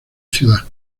ciudad